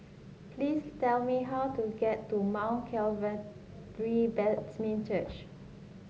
please tell me how to get to Mount Calvary Baptist Church